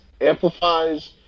amplifies